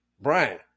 Brian